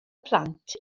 plant